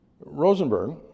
Rosenberg